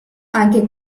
anche